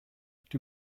die